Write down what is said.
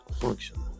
functional